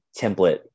template